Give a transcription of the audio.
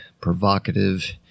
provocative